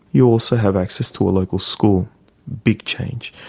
you also have access to a local school big change.